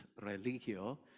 religio